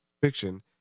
fiction